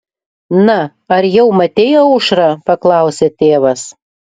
na ar jau matei aušrą paklausė tėvas